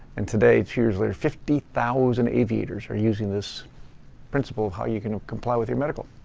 and today, two years later, fifty thousand aviators are using this principle how you can comply with your medical.